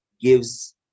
gives